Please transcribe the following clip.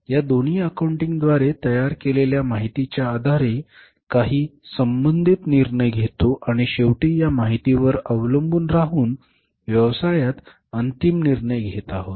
या दोन्ही अकाउंटिंग द्वारे तयार केलेल्या माहितीच्या आधारे काही संबंधित निर्णय घेतो आणि शेवटी या माहितीवर अवलंबून राहून व्यवसायात अंतिम निर्णय घेत आहोत